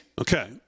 Okay